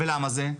למה זה?